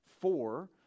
four